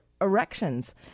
erections